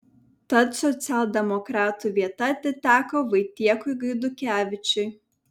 tad socialdemokratų vieta atiteko vaitiekui gaidukevičiui